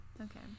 Okay